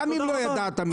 גם אם לא ידעת מזה.